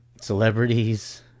celebrities